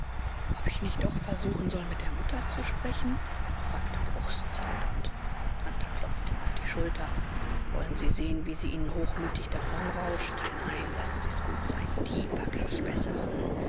ob ich nicht doch versuchen soll mit der mutter zu sprechen fragte bruchs zaudernd hunter klopfte ihm auf die schulter wollen sie sehen wie sie ihnen hochmütig davonrauscht nein lassen sie's gut sein die packe ich besser an